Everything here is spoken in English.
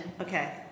Okay